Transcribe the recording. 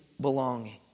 belonging